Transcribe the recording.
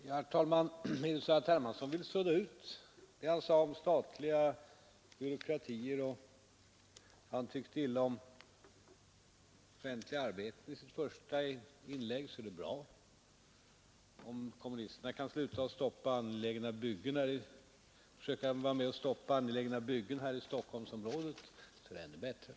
Herr talman! Vill herr Hermansson sudda ut det han sade i sitt första inlägg om statlig byråkrati och offentliga arbeten, är det bra. Om kommunisterna slutar med att försöka stoppa angelägna byggen här i Stockholmsområdet, är det ännu bättre.